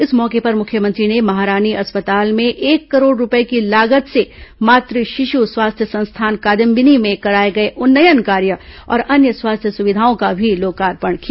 इस मौके पर मुख्यमंत्री ने महारानी अस्पताल में एक करोड़ रूपए की लागत से मातृ शिष्ट्य स्वास्थ्य संस्थान कादम्बिनी में कराए गए उन्नयन कार्य और अन्य स्वास्थ्य सुविधाओं का भी लोकार्पण किया